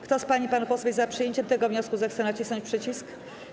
Kto z pań i panów posłów jest za przyjęciem tego wniosku, zechce nacisnąć przycisk.